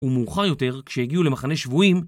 ומאוחר יותר, כשהגיעו למחנה שבויים,